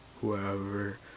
whoever